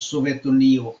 sovetunio